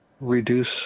reduce